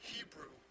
Hebrew